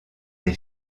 des